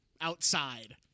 outside